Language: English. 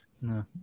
No